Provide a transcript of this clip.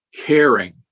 caring